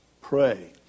Pray